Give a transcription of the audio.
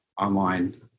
online